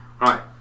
right